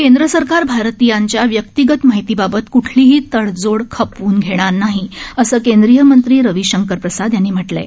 केंद्र सरकार भारतीयांच्या व्यक्तिगत माहितीबाबत कुठलीही तडजोड खपवून घेणार नाही असं केंद्रीय मंत्री रविशंकर प्रसाद यांनी म्हटलं आहे